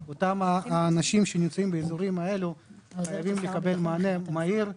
אנחנו נשמור על הזכות לקדם את הסוגיה הזאת במהרה,